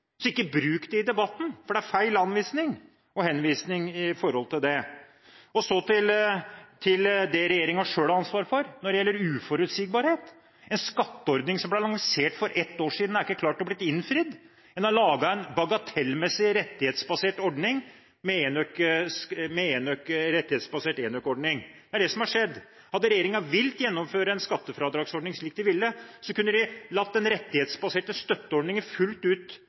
så ikke bruk det i debatten! Det er feil anvisning og henvisning. Så til det regjeringen selv har ansvar for når det gjelder uforutsigbarhet: En skatteordning som ble lansert for et år siden, har en ikke klart å innfri. En har laget en bagatellmessig, rettighetsbasert enøkordning. Det er det som har skjedd. Hadde regjeringen villet gjennomføre en skattefradragsordning, slik de ville, kunne de latt den rettighetsbaserte støtteordningen slå inn fullt ut